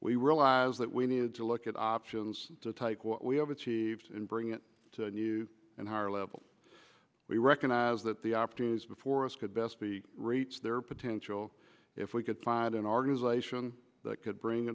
we realize that we need to look at options to take what we have achieved and bring it to a new and higher level we recognize that the opportunities before us could best be reach their potential if we could find an organization that could bring